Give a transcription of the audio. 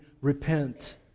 repent